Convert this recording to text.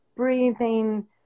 Breathing